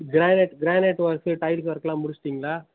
granite granite work tiles ஒர்க்கெலாம் முடிச்சிட்டீங்களா